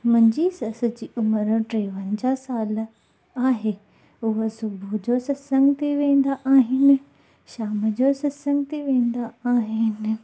मुंहिंजी सस जी उमिरि टेवंजाह साल आहे उहे सुबुह जो संत्संग ते वेंदा आहिनि शाम जो संत्संग ते वेंदा आहिनि